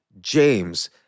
James